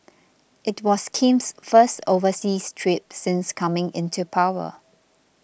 it was Kim's first overseas trip since coming into power